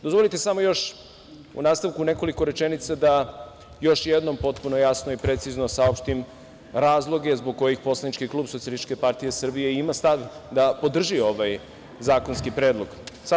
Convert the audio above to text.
Dozvolite samo još u nastavku nekoliko rečenica da još jednom potpuno jasno i precizno saopštim razloge zbog kojeg poslanički klub SPS ima stav da podrži ovaj zakonski predlog.